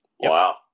Wow